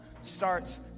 starts